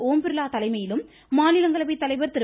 ஓம் பிர்லா தலைமையிலும் மாநிலங்களவைத் தலைவர் திரு